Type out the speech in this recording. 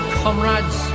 comrades